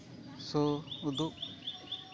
ᱥᱳ ᱩᱫᱩᱜ